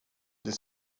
det